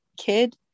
kid